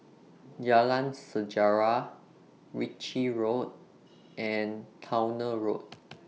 Jalan Sejarah Ritchie Road and Towner Road